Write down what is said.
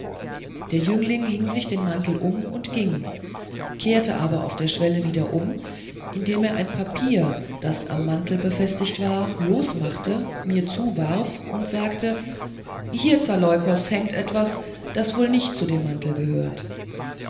der jüngling hing sich den mantel um und ging er kehrte aber auf der schwelle wieder um indem er ein papier das am mantel befestigt war losmachte mir zuwarf und sagte hier zaleukos hängt etwas das wohl nicht zu dem mantel gehört